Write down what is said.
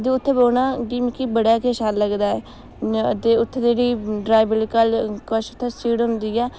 जो उत्थें बौह्ना ऐ गी मिगी बड़ा गै शैल लगदा ऐ उत्थें जेह्ड़ी ड्रावर आह्ली कश उत्थै सीट होंदी ऐ